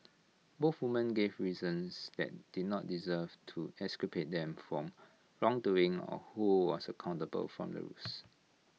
both women gave reasons that did not dserve to exculpate them from wrongdoing or who was accountable from the ruse